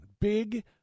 Big